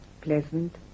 pleasant